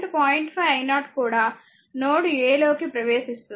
5 i0 కూడా node a లోకి ప్రవేశిస్తుంది